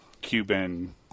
Cuban